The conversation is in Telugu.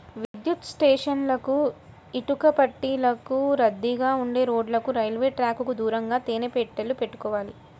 విద్యుత్ స్టేషన్లకు, ఇటుకబట్టీలకు, రద్దీగా ఉండే రోడ్లకు, రైల్వే ట్రాకుకు దూరంగా తేనె పెట్టెలు పెట్టుకోవాలి